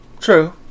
True